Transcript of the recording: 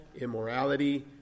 immorality